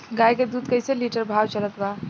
गाय के दूध कइसे लिटर भाव चलत बा?